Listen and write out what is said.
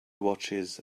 watches